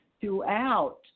throughout